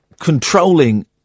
controlling